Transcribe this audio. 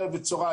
ערב וצוהריים,